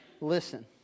listen